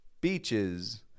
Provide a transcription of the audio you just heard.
beaches